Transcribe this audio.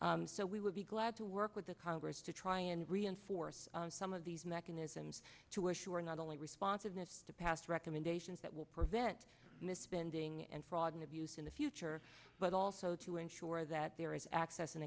all so we would be glad to work with the congress to try and reinforce some of these mechanisms to assure not only responsiveness to pass recommendations that will prevent misspending and fraud and abuse in the future but also to ensure that there is access and